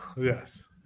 Yes